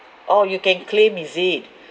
orh you can claim is it